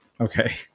Okay